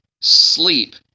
sleep